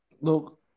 look